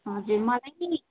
हजुर मलाई नि